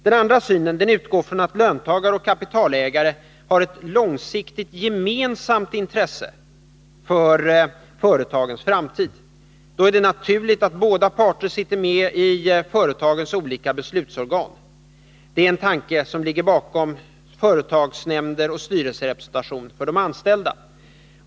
Den andra synen utgår ifrån att löntagare och kapitalägare har ett långsiktigt gemensamt intresse av företagens framtid. Det är då naturligt att båda parter sitter med i företagens olika beslutsorgan. Det är den tanken som ligger bakom företagsnämnder och styrelserepresentation för de anställda.